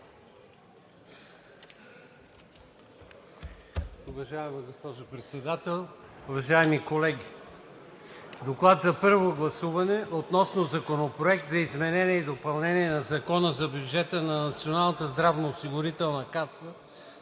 Уважаема госпожо Председател, уважаеми колеги! „ДОКЛАД за първо гласуване относно Законопроект за изменение и допълнение на Закона за бюджета на Националната здравноосигурителна каса